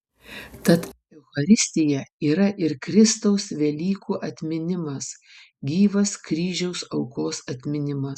tad eucharistija yra ir kristaus velykų atminimas gyvas kryžiaus aukos atminimas